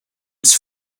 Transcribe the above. its